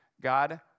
God